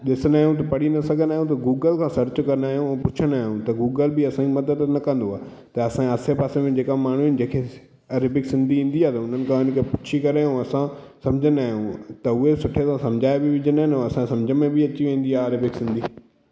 ॾिसंदा आहियूं त पढ़ी न सघंदा आहियूं त गूगल खां सर्च कंदा आहियूं ऐं पुछंदा आहियूं त गूगल बि असांजी मदद न कंदो आहे त असांजे आसे पासे में जेका माण्हू आहिनि जेके अरेबिक सिंधी ईंदी आहे त उन्हनि खां आने असां पुछी करे ऐं असां सम्झंदा आहियूं त उहे सुठे सां सम्झाए बि विझंदा आहिनि ऐं असांखे सम्झ में बि अची वेंदी आहे अरेबिक सिंधी